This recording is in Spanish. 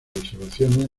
observaciones